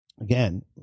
again